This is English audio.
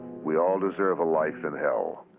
we all deserve a life in hell.